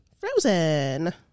frozen